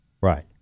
right